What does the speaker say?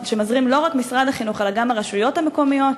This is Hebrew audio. לא רק משרד החינוך אלא גם הרשויות המקומיות,